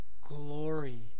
glory